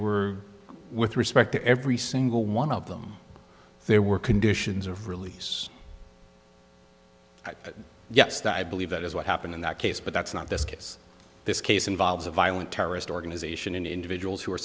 were with respect to every single one of them there were conditions of release yes that i believe that is what happened in that case but that's not this case this case involves a violent terrorist organization and individuals who are